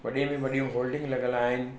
वॾे में वॾियूं होल्डिंग लगलु आहिनि